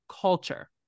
culture